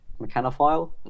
Mechanophile